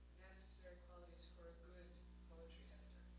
necessary qualities for a good poetry editor?